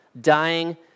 dying